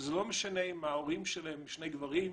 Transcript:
זה לא משנה אם ההורים שלהם הם שני גברים,